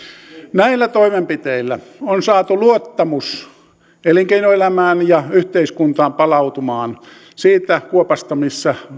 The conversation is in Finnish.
näillä toimenpiteillä on saatu luottamus elinkeinoelämään ja yhteiskuntaan palautumaan siitä kuopasta missä